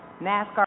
NASCAR